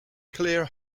clare